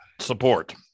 support